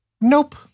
Nope